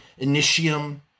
Initium